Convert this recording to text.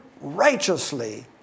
righteously